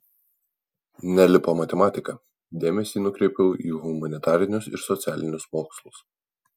nelipo matematika dėmesį nukreipiau į humanitarinius ir socialinius mokslus